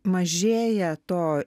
mažėja to